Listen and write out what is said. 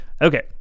Okay